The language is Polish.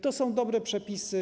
To są dobre przepisy.